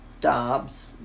Dobbs